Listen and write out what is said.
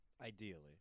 Ideally